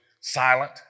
silent